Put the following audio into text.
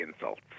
insults